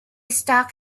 stuck